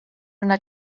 una